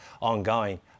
ongoing